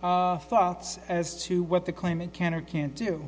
thoughts as to what the claimant can or can't do